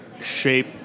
shape